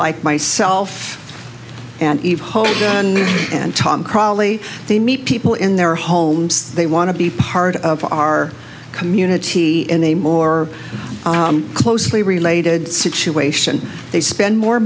like myself and eve holder and tom crawley they meet people in their homes they want to be part of our community in a more closely related situation they spend more